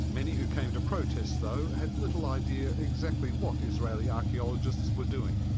many who came to protest though had little idea exactly what israeli archaeologists were doing.